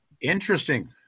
Interesting